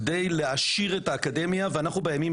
כדי להעשיר את האקדמיה ואנחנו בימים